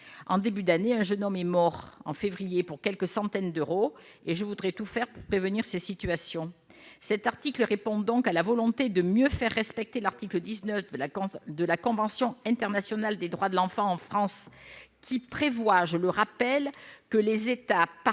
en début d'année, un jeune homme est mort en février pour quelques centaines d'euros et je voudrais tout faire pour prévenir ces situations cet article répond donc à la volonté de mieux faire respecter l'article 19 de la cause de la convention internationale des droits de l'enfant en France qui prévoit, je le rappelle que les États parties